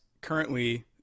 currently